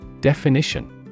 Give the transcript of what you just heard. Definition